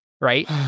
Right